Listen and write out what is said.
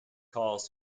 calls